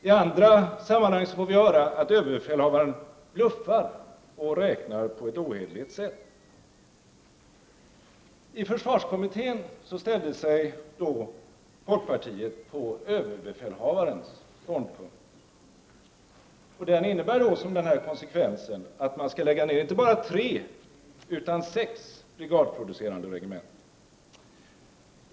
I andra sammanhang får vi höra att överbefälhavaren bluffar och räknar på ett ohederligt sätt. I försvarskommittén ställde sig folkpartiet bakom ÖB:s ståndpunkt. Den innebär att man skall lägga ner inte bara tre utan sex brigadproducerande regementen.